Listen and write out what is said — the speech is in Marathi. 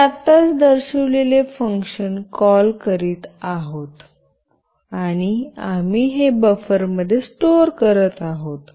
मी आत्ताच दर्शविलेले फंक्शन कॉल करत आहोत आणि आम्ही हे बफर मध्ये स्टोर करत आहोत